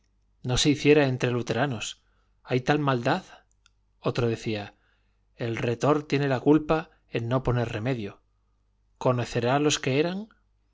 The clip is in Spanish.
no se hiciera entre luteranos hay tal maldad otro decía el retor tiene la culpa en no poner remedio conocerá los que eran yo